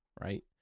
right